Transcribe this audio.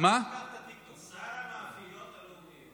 שר המאפיות הלאומיות.